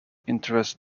interest